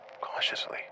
cautiously